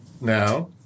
now